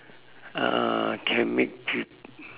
uh can make peo~